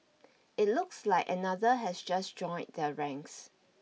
it looks like another has just joined their ranks